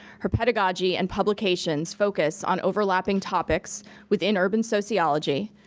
her pedagogy and publications focus on overlapping topics within urban sociology,